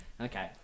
Okay